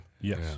Yes